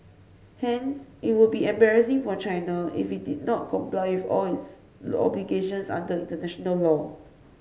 hence it would be embarrassing for China if it did not comply off all its obligations under international law